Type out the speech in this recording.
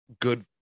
good